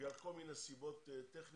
בגלל כל מיני סיבות טכניות.